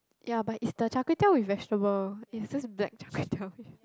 ya but is the char-kway-teow with vegetable it's just black char-kway-teow with like